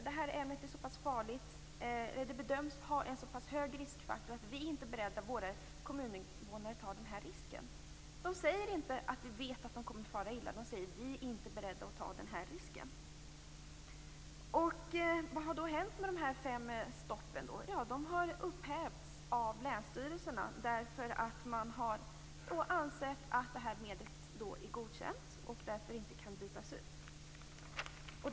De har menat att det här ämnet bedöms ha en så pass hög riskfaktor att de inte är beredda att låta kommuninvånarna ta den risken. De säger inte att de vet att invånarna kommer att fara illa, utan de säger "vi är inte beredda att ta den här risken". Vad har då hänt med de här fem stoppen? Jo, de har upphävts av länsstyrelserna, eftersom man har ansett att medlet är godkänt och därför inte kan bytas ut.